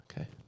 Okay